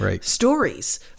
stories